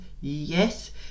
yes